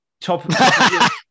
top